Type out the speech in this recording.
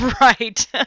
Right